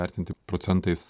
vertinti procentais